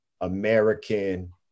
American